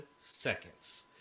seconds